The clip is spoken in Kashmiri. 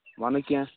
وَنہٕ کیٚنٛہہ